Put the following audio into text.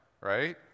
Right